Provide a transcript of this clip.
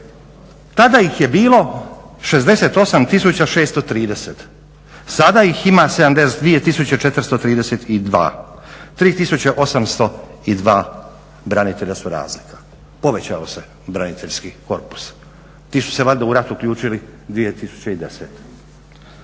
tada ih je bilo 68 630, sada ih ima 72 432, 3802 branitelja su razlika. Povećao se braniteljski korpus. Ti su se valjda u rat uključili 2010.